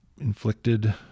inflicted